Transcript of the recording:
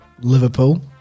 Liverpool